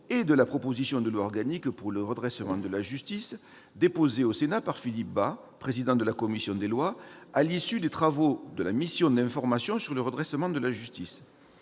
et de la proposition de loi organique pour le redressement de la justice, déposées au Sénat par Philippe Bas, président de la commission des lois, à l'issue des travaux de la mission d'information sur le redressement de la justice.